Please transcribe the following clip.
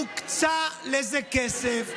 הוקצה לזה כסף.